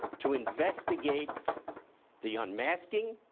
to investigate the unmasking,